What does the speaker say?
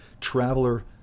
traveler